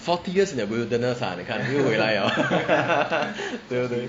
forty years in the wilderness lah 你看又回来 liao